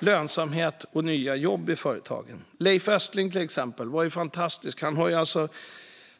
lönsamhet och nya jobb i företagen. Leif Östling var fantastisk.